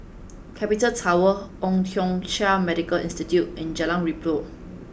Capital Tower Old Thong Chai Medical Institute and Jalan Redop